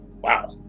Wow